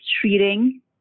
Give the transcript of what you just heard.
treating